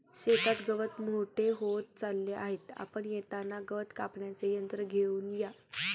शेतात गवत मोठे होत चालले आहे, आपण येताना गवत कापण्याचे यंत्र घेऊन या